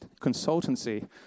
consultancy